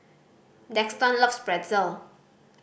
Daxton loves Pretzel